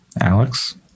Alex